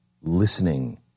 listening